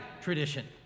tradition